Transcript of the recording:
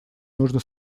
нужно